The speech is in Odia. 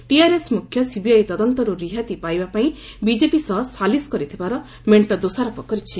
ଟିଆର୍ଏସ୍ ମୁଖ୍ୟ ସିବିଆଇ ତଦନ୍ତରୁ ରିହାତି ପାଇବା ପାଇଁ ବିଜେପି ସହ ସାଲିସ୍ କରିଥିବାର ମେଣ୍ଟ ଦୋଷାରୋପ କରିଛି